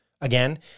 Again